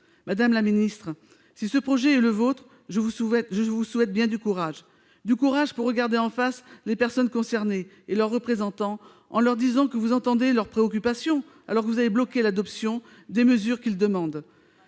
Madame la secrétaire d'État, si ce projet est le vôtre, je vous souhaite bien du courage ! Du courage pour regarder en face les personnes concernées, et leurs représentants, en leur disant que vous entendez leurs préoccupations, alors que vous avez bloqué l'adoption des mesures qu'ils demandent